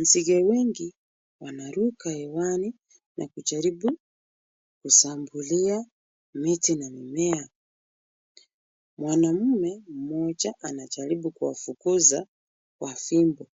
Nzige wengi, wanaruka hewani, na kujaribu kushambulia miti na mimea .Mwanamume mmoja, anajaribu kuwafukuza kwa fimbo